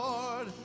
Lord